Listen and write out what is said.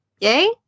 Yay